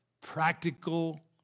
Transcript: practical